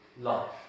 life